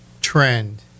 trend